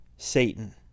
Satan